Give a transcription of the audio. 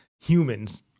Humans